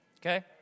okay